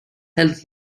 held